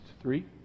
three